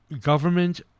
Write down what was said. government